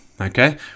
okay